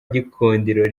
gikundiro